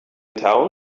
town